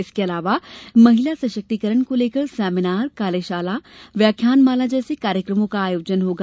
इसके अलावा महिला सशक्तिकरण को लेकर सेमीनार कार्यशाला व्याख्यानमाला जैसे कार्यक्रमों का आयोजन होगा